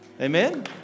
Amen